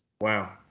wow